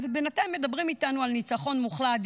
ובינתיים מדברים איתנו על ניצחון מוחלט,